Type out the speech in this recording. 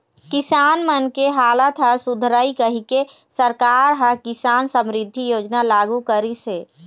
किसान मन के हालत ह सुधरय कहिके सरकार ह किसान समरिद्धि योजना लागू करिस हे